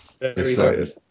Excited